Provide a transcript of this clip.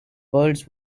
birds